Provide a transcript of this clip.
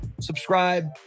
subscribe